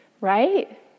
right